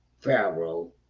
pharaoh